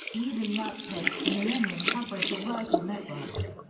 easily outpaced the millennium coverage of rival networks.